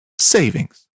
savings